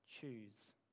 choose